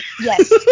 Yes